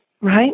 right